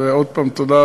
ועוד פעם, תודה